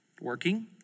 working